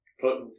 Put